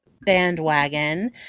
bandwagon